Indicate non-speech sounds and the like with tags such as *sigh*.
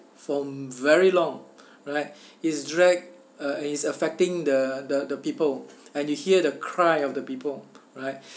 from very long *breath* right it's dragged uh it's affecting the the the people and you hear the cry of the people right